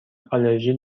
آلرژی